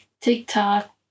TikTok